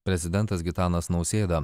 prezidentas gitanas nausėda